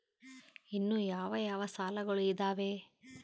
ಇನ್ನು ಯಾವ ಯಾವ ಸಾಲಗಳು ಇದಾವೆ?